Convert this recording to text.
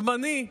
הזמני,